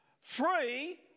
free